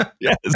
Yes